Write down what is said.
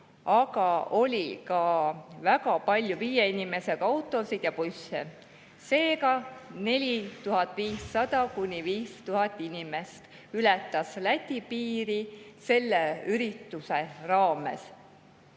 aga oli ka väga palju viie inimesega autosid ja busse. Seega 4500–5000 inimest ületas Läti piiri selle ürituse